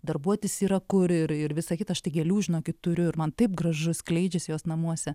darbuotis yra kur ir ir visa kita aš tai gėlių žinokit turiu ir man taip gražu skleidžiasi jos namuose